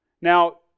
Now